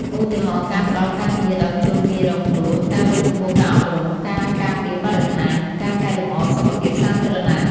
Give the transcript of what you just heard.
ឧទាហរណ៍ ការផ្តល់ការងារដល់ជនងាយរងគ្រោះ ការលើកកម្ពស់ការអប់រំ ការការពារបរិស្ថាន ឬការកែលម្អសុខភាពសាធារណៈ ។